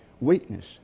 weakness